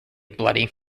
bloody